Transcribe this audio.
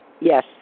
Yes